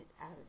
out